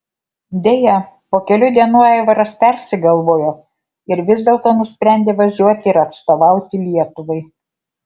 deja po kelių dienų aivaras persigalvojo ir vis dėlto nusprendė važiuoti ir atstovauti lietuvai